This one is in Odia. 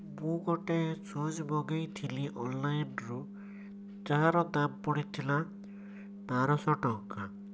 ମୁଁ ଗୋଟେ ସୁଜ୍ ମଗାଇଥିଲି ଅନଲାଇନ୍ରୁ ଯାହାର ଦାମ୍ ପଡ଼ିଥିଲା ବାରଶହ ଟଙ୍କା